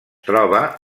troba